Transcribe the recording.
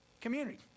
community